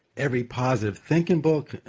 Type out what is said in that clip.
every positive thinking book,